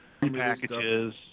packages